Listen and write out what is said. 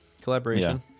collaboration